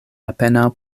apenaŭ